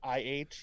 IH